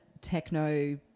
techno